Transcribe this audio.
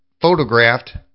photographed